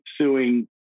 suing